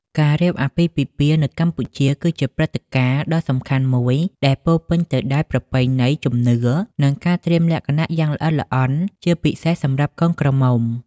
ការរៀបអាពាហ៍ពិពាហ៍នៅកម្ពុជា គឺជាព្រឹត្តិការណ៍ដ៏សំខាន់មួយដែលពោរពេញទៅដោយប្រពៃណី ជំនឿ និងការត្រៀមលក្ខណៈយ៉ាងល្អិតល្អន់ ជាពិសេសសម្រាប់កូនក្រមុំ ។